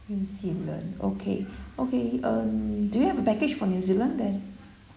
new zealand okay okay um do you have a package for new zealand then